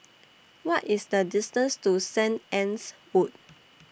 What IS The distance to Saint Anne's Wood